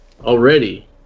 already